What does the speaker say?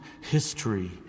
history